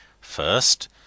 first